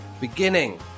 Beginning